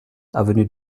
avenue